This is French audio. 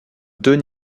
deux